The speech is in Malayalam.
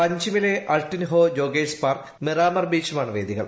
പഞ്ചിമിലെ അൾട്ടിൻഹൊ ജോഗേഴ്സ് പാർക്ക് മിറാമർ ബീച്ചുമാണ് വേദികൾ